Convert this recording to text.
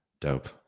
dope